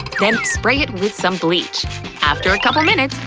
then spray it with some bleach. after a couple minutes,